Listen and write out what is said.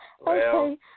Okay